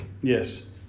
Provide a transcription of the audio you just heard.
Yes